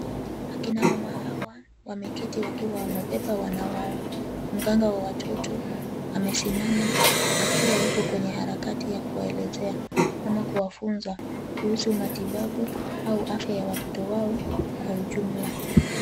Akina mama hawa wameketi wakiwa wamebeba wana wao. Mganga wa watoto amesimama akiwa yuko kwenye harakati ya kuwaelezea ama kuwafunza kuhusu matibabu au afya ya watoto wao kwa ujumla.